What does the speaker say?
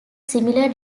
similar